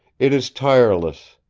it is tireless.